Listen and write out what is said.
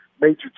major